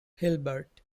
hilbert